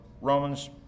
Romans